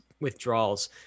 withdrawals